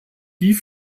die